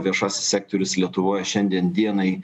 viešasis sektorius lietuvoj šiandien dienai